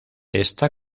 está